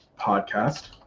podcast